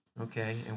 Okay